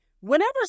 Whenever